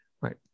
Right